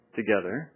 together